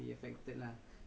mmhmm